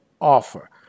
offer